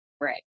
Right